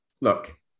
look